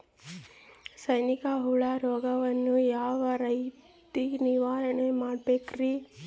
ಸೈನಿಕ ಹುಳು ರೋಗವನ್ನು ಯಾವ ರೇತಿ ನಿರ್ವಹಣೆ ಮಾಡಬೇಕ್ರಿ?